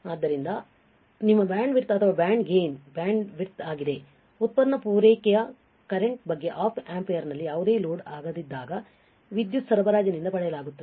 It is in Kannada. ಆದ್ದರಿಂದ ಇದು ನಿಮ್ಮ ಬ್ಯಾಂಡ್ ವಿಡ್ತ್ ಅಥವಾ ಬ್ಯಾಂಡ್ ಗೇನ್ ಬ್ಯಾಂಡ್ವಿಡ್ತ್ ಆಗಿದೆ ಉತ್ಪನ್ನ ಪೂರೈಕೆಯ ಕರೆಂಟ್ ಬಗ್ಗೆ ಆಪ್ ಆಂಪಿಯರ್ನಲ್ಲಿ ಯಾವುದೇ ಲೋಡ್ ಆಗದಿದ್ದಾಗ ವಿದ್ಯುತ್ ಸರಬರಾಜಿನಿಂದ ಪಡೆಯಲಾಗುತ್ತದೆ